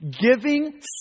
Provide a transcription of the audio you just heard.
Giving